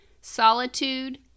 solitude